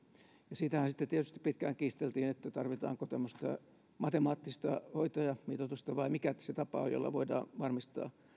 ja siitähän sitten tietysti pitkään kiisteltiin että tarvitaanko tämmöistä matemaattista hoitajamitoitusta vai mikä se tapa on jolla voidaan varmistaa